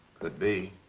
could be.